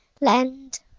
lend